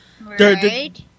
Right